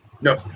No